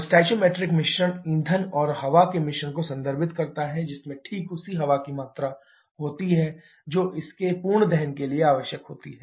stoichiometric मिश्रण ईंधन और हवा के मिश्रण को संदर्भित करता है जिसमें ठीक उसी हवा की मात्रा होती है जो इसके पूर्ण दहन के लिए आवश्यक होती है